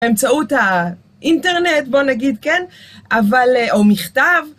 אמצעות האינטרנט, בוא נגיד, כן, אבל, או מכתב,